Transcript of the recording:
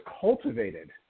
cultivated